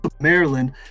Maryland